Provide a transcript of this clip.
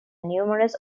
numerous